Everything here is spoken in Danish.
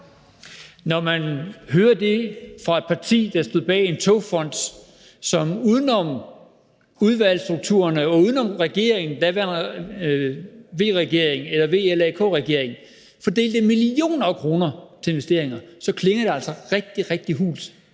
Når man hører det fra et parti, der stod bag en togfond, som uden om udvalgsstrukturerne og uden om den daværende VLAK-regering fordelte millioner af kroner til investeringer, så klinger det altså rigtig, rigtig hult.